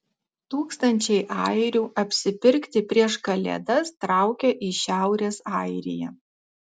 tūkstančiai airių apsipirkti prieš kalėdas traukia į šiaurės airiją